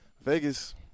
Vegas